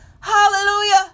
Hallelujah